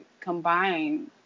combine